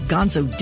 Gonzo